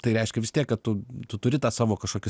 tai reiškia kad tu tu turi tą savo kažkokį